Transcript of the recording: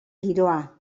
giroa